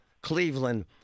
Cleveland